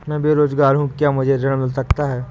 मैं बेरोजगार हूँ क्या मुझे ऋण मिल सकता है?